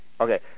Okay